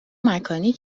مکانی